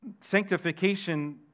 Sanctification